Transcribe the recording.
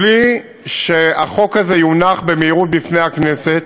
בלי שהחוק הזה יונח במהירות בפני הכנסת,